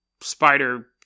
Spider